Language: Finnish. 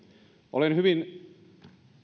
olen hyvin